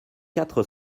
quatre